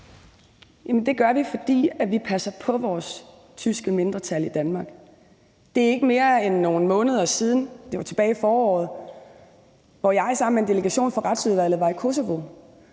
Det gør vi, fordi vi passer på vores tyske mindretal i Danmark. Det er ikke mere end nogle måneder siden – det var tilbage i foråret – at jeg sammen med en delegation fra Retsudvalget var i Kosovo.